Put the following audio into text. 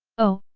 oh,